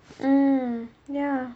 mm ya